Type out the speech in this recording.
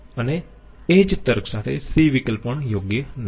અને એ જ તર્ક સાથે c વિકલ્પ પણ યોગ્ય નથી